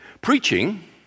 Preaching